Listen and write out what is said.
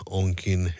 onkin